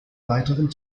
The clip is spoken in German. weiteren